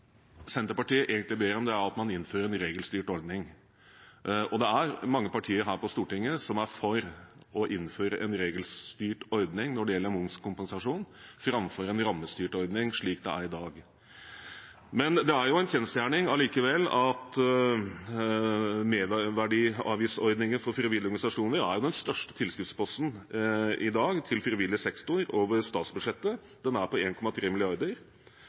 Senterpartiet egentlig ber om, er at man innfører en regelstyrt ordning. Det er mange partier her på Stortinget som er for å innføre en regelstyrt ordning når det gjelder momskompensasjon, framfor en rammestyrt ordning, slik det er i dag. Det er en kjensgjerning at merverdiavgiftsordningen er den største tilskuddsposten i dag til frivillig sektor over statsbudsjettet. Den er på